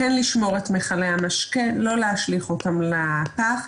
כן לשמור את מכלי המשקה ולא להשליך אותם לפח.